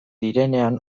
direnean